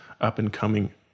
up-and-coming